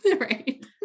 right